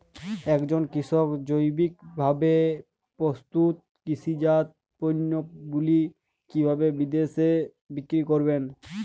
একজন কৃষক জৈবিকভাবে প্রস্তুত কৃষিজাত পণ্যগুলি কিভাবে বিদেশে বিক্রি করবেন?